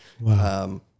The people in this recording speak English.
Wow